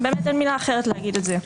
באמת אין מילה אחרת להגיד את זה.